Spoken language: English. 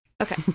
Okay